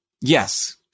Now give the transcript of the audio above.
Yes